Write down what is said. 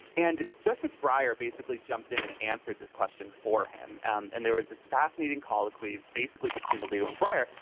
and justice breyer basically jumped in and answered this question for him. and and there was this fascinating colloquy basically between alito and breyer,